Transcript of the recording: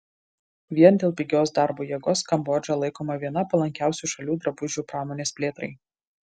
vien dėl pigios darbo jėgos kambodža laikoma viena palankiausių šalių drabužių pramonės plėtrai